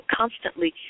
constantly